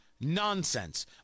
nonsense